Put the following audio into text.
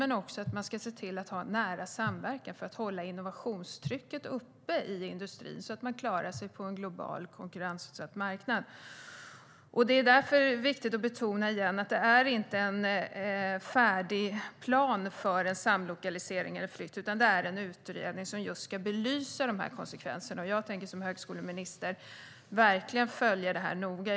Men man ska också se till att ha nära samverkan för att hålla innovationstrycket uppe i industrin så att den klarar sig på en global, konkurrensutsatt marknad. Det är därför viktigt att betona att det här inte är en färdig plan för en samlokalisering eller flytt. Det är en utredning som ska belysa konsekvenserna av det. Jag tänker som högskoleminister verkligen följa det här noga.